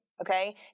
okay